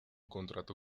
contrato